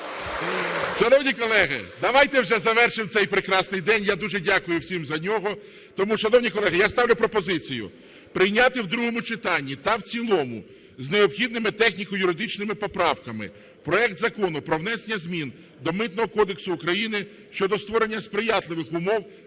Шановні колеги, давайте вже завершимо цей прекрасний день. Я дуже дякую всім за нього. Тому, шановні колеги, я ставлю пропозицію прийняти в другому читанні та в цілому з необхідними з необхідними техніко-юридичними поправками проект Закону про внесення змін до Митного кодексу України щодо створення сприятливих умов